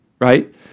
right